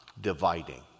dividing